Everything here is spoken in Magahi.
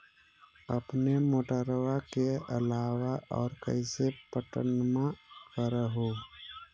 अपने मोटरबा के अलाबा और कैसे पट्टनमा कर हू?